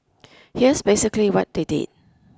here's basically what they did